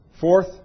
Fourth